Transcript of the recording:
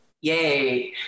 yay